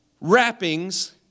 wrappings